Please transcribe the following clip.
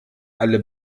alle